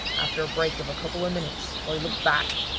after a break of a couple of minutes i looked back,